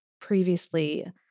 previously